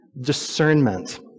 Discernment